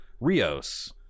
rios